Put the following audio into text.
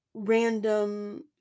random